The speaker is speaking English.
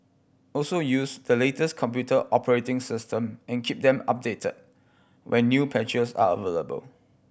also use the latest computer operating system and keep them updated when new patches are available